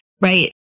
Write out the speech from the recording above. right